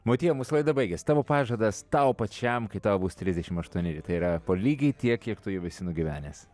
motiejau mūsų laida baigias tavo pažadas tau pačiam kai tau bus trisdešim aštuoneri tai yra po lygiai tiek kiek tu jau esi nugyvenęs